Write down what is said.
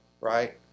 right